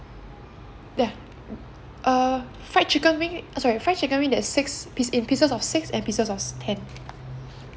there uh fried chicken wing uh sorry fry chicken there's six piece in pieces of six and pieces of ten